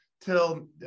till